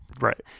right